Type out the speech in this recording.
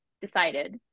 decided